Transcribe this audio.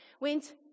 Went